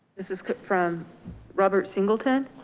this is from robert singleton.